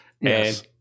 Yes